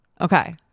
okay